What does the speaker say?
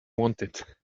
wanted